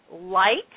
light